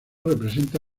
representa